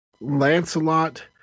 Lancelot